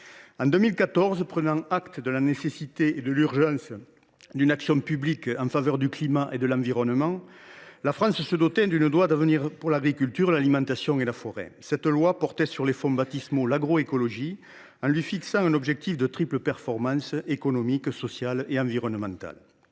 En 2014, prenant acte de la nécessité et de l’urgence d’une action publique en faveur du climat et de l’environnement, la France se dotait d’une loi d’avenir pour l’agriculture, l’alimentation et la forêt. Cette loi portait sur les fonts baptismaux l’agroécologie, en lui fixant un triple objectif de performance économique, sociale et environnementale.